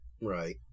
right